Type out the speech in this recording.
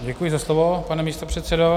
Děkuji za slovo, pane místopředsedo.